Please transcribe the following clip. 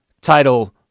title